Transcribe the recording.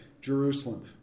Jerusalem